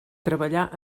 treballà